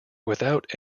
without